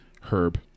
Herb